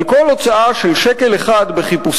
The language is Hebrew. על כל הוצאה של שקל אחד בחיפושים,